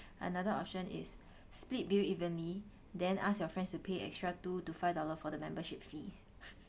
another option is split bill evenly then ask your friends to pay extra two to five dollar for the membership fees